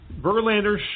Verlander